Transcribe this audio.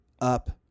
up